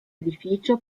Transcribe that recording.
edificio